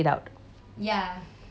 there isn't any videos